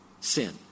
sin